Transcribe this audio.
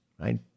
right